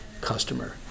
customer